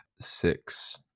Six